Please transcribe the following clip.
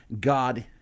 God